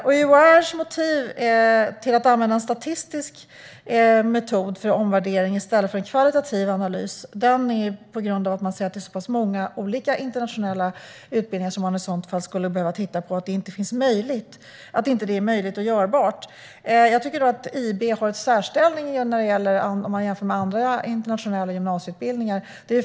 UHR:s motiv till att använda en statistisk metod för omvärdering i stället för en kvalitativ analys är att man i så fall skulle behöva titta på så många olika internationella utbildningar, vilket inte är möjligt och görbart. Jag tycker dock att IB har en särställning jämfört med andra internationella gymnasieutbildningar.